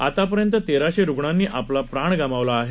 आतापर्यंत तेराशे रुग्णांनी आपला प्राण गमावला आहे